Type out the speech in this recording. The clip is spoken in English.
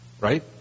right